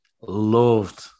loved